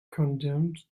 condemned